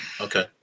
Okay